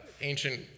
ancient